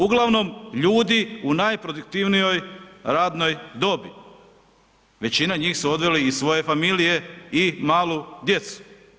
Uglavnom ljudi u najproduktivnijoj radnoj dobi, većina njih su odveli i svoje familije i malu djecu.